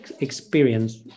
experience